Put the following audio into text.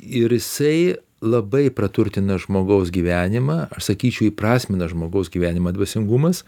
ir jisai labai praturtina žmogaus gyvenimą aš sakyčiau įprasmina žmogaus gyvenimą dvasingumas